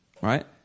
Right